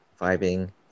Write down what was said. vibing